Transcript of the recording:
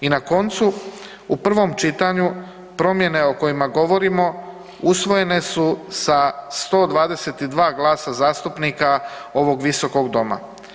I na koncu, u prvom čitanju promjene o kojima govorimo usvojene su sa 122 glasa zastupnika ovog visokog doma.